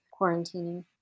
quarantining